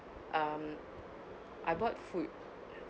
um I bought food